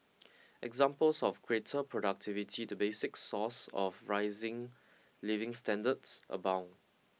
examples of greater productivity the basic source of rising living standards abound